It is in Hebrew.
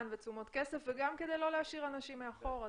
ותשומות כסף וגם כדי לא להשאיר אנשים מאחור.